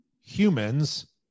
humans